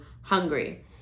hungry